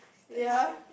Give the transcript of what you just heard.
ya